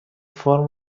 فرم